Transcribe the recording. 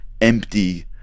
empty